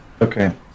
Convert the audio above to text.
Okay